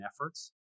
efforts